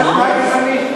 זה תנאי גזעני.